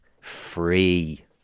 free